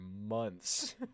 months